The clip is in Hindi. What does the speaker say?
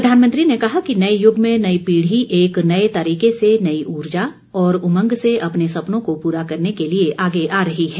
प्रधानमंत्री ने कहा कि नए यूग में नई पीढ़ी एक नए तरीके से नई ऊर्जा और उमंग से अपने सपनों को पूरा करने के लिए आगे आ रही है